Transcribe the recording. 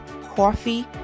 coffee